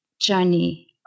journey